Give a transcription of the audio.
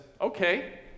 okay